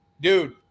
Dude